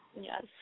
Yes